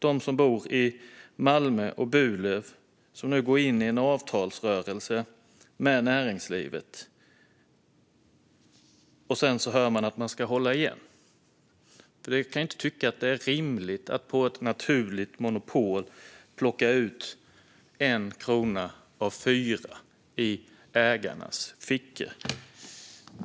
De som bor i Malmö och Burlöv och nu går in i en avtalsrörelse och får höra att de ska hålla igen kan ju inte tycka att det är rimligt att man i ett naturligt monopol låter var fjärde krona gå ned i ägarnas fickor.